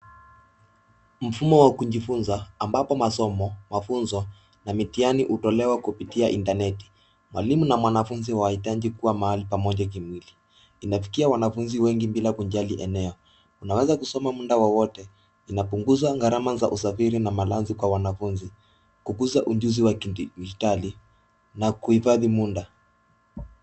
Mfumo wa kujifunza ambapo masomo hufunzwa na mitihani hutolewa kupitia internet mwalimu na mwanafunzi hawahitaji kuwa mahali pamoja kimwili. Inafikia wanafunzi wengi bila kujali eneo unaweza kusoma muda wowote inapunguza gharama za usafiri na malazi kwa wanafunzi. Kukuza ujuzi wa kidijitali na kuhifadhi muda.